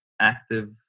active